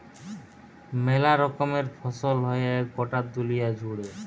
মেলা রকমের ফসল হ্যয় গটা দুলিয়া জুড়ে